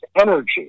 energy